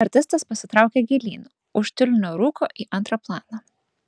artistas pasitraukė gilyn už tiulinio rūko į antrą planą